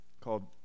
called